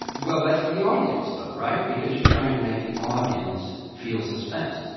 and well, that's for the audience, though, right? because you're trying to make the audience feel suspense.